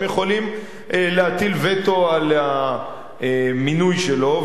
הם יוכלו להטיל וטו על המינוי שלו.